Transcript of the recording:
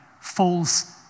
falls